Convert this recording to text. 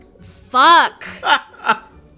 Fuck